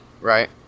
Right